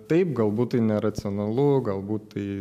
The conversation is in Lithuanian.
taip galbūt tai neracionalu galbūt tai